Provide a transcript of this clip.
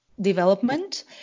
development